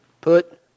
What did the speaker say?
Put